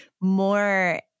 more